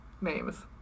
names